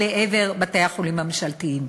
לעבר בתי-החולים הממשלתיים.